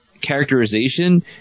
characterization